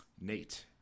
nate